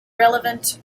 relevant